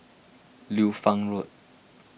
Liu Fang Road